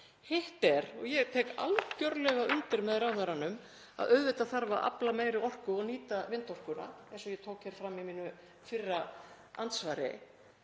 Hitt er, og ég tek algerlega undir með ráðherranum, að auðvitað þarf að afla meiri orku og nýta vindorkuna, eins og ég tók fram í mínu fyrra andsvari.